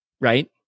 right